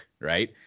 right